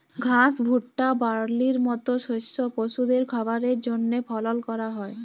ঘাস, ভুট্টা, বার্লির মত শস্য পশুদের খাবারের জন্হে ফলল ক্যরা হ্যয়